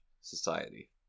society